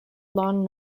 lon